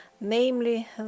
namely